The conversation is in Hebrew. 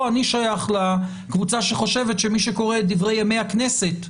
מי שקורא את דברי ימי הכנסת,